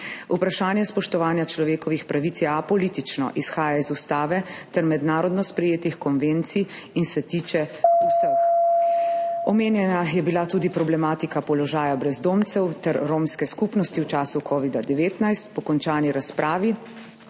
Vprašanje spoštovanja človekovih pravic je apolitično, izhaja iz ustave ter mednarodno sprejetih konvencij in se tiče vseh. Omenjena je bila tudi problematika položaja brezdomcev ter romske skupnosti v času covida-19. Po končani razpravi